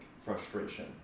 frustration